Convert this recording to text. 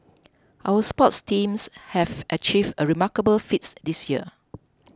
our sports teams have achieved remarkable feats this year